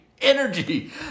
energy